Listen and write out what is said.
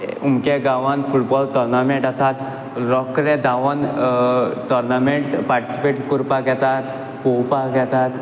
उमके गांवांत football tournament आसा रोखडे धांवोन टॉर्नमेंट पार्टिसिपेट कोरपाक येतात पोवपाक येतात